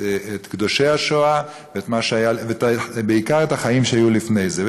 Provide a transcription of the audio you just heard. קדושי השואה ובעיקר את החיים שהיו לפני זה.